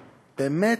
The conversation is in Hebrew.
באמת,